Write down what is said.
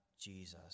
Jesus